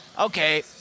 okay